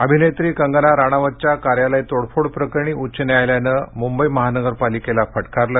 अभिनेत्री कंगना राणावतच्या कार्यालय तोडफोड प्रकरणी उच्च न्यायालयानं मुंबई महानगरपालिकेला फटकारलं